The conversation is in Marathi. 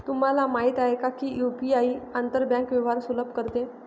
तुम्हाला माहित आहे का की यु.पी.आई आंतर बँक व्यवहार सुलभ करते?